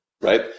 right